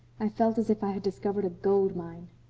i felt as if i had discovered a gold mine.